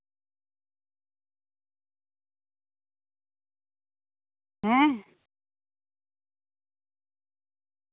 ᱦᱮᱸ